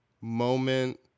moment